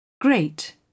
Great